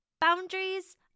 boundaries